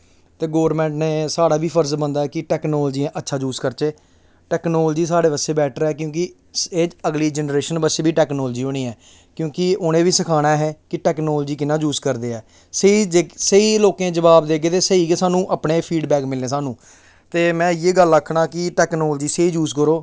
ते गौरमेंट ने साढ़ा बी फर्ज बनदा ऐ कि टेक्नोलॉजी दा अच्छी यूज करचै टेक्नोलॉजी साढ़े बास्तै बेटर ऐ क्योंकि एह् अगली जनरेशन बास्तै बी टेक्नोलॉजी होनी ऐ क्योंकि उ'नें गी बी सखाना असें कि टेक्नोलॉजी कि'यां यूज करदे ऐ स्हेई लोकें गी जबाव देगे ते स्हेई गै अपने फीडबैक मिलने सानूं ते में इ'यै गल्ल आखना कि टेक्नोलॉजी स्हेई यूज करो